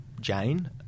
Jane